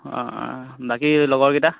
অঁ বাকী লগৰকেইটা